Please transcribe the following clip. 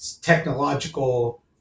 technological